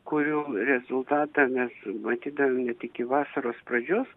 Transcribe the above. kurių rezultatą mes matydavom net iki vasaros pradžios